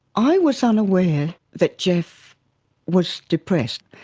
i was unaware that geoff was depressed.